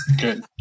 Good